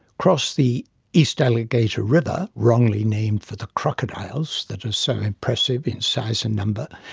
cross the east alligator river, wrongly named for the crocodiles that are so impressive in size and number,